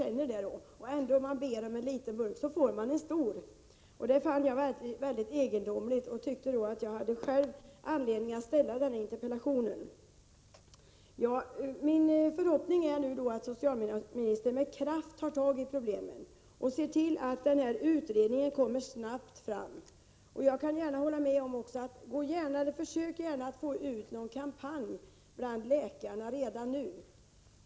Trots att man alltså ber om en liten burk får man en stor burk. Jag fann det mycket egendomligt. Därför ansåg jag mig ha anledning att framställa en interpellation i detta sammanhang. Det är min förhoppning att socialministern med kraft tar tag i dessa problem och ser till att utredningen snabbt lägger fram sitt betänkande. Även jag säger: Försök gärna få till stånd en kampanj bland läkarna redan nu.